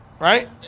right